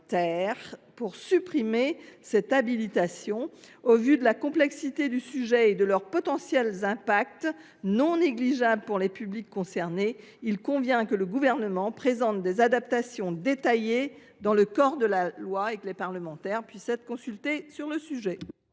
articles 3 et 5 . Au vu de la complexité de ce sujet et des potentiels impacts, non négligeables, pour les publics concernés, il convient que le Gouvernement présente des adaptations détaillées dans le corps de la loi et que les parlementaires puissent être consultés sur le sujet.